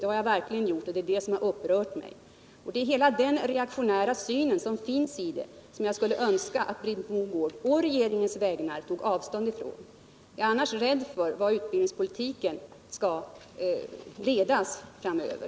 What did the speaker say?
Det har jag verkligen gjort, och det är därför som jag har blivit så upprörd. Det är hela den reaktionära syn som finns i det som jag skulle önska att Britt Mogård å regeringens vägnar tog avstånd från. I annat fall är jag orolig över utbildningspolitikens riktning framöver.